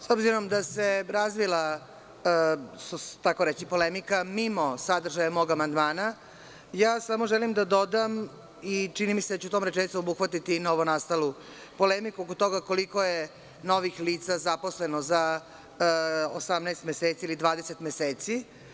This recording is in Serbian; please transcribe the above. S obzirom da se razvila tzv. polemika mimo sadržaja mog amandmana, želim samo da dodam i čini mi se da ću tom rečenicom obuhvatiti i novo nastalu polemiku oko toga koliko je novih lica zaposleno za 18 meseci ili 20 meseci.